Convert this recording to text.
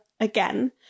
again